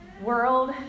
World